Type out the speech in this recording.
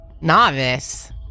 Novice